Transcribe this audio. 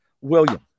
William